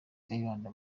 kayibanda